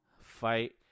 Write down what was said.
fight